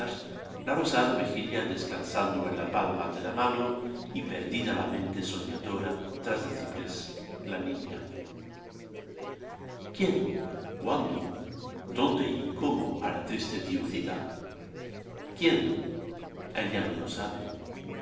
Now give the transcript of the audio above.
la rosada mejilla descansando en la palma de la mano y perdida la mente soñador tras del ciprés la niña quién cuándo dónde y cómo á la triste dió cita quién ella no lo sabe